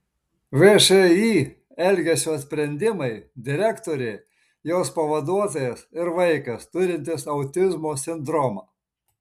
všį elgesio sprendimai direktorė jos pavaduotojas ir vaikas turintis autizmo sindromą